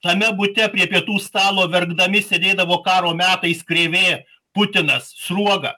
tame bute prie pietų stalo verkdami sėdėdavo karo metais krėvė putinas sruoga